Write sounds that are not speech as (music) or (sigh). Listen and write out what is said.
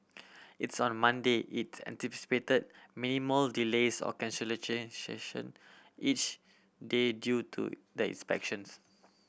it's on Monday it anticipated minimal delays or (unintelligible) each day due to the inspections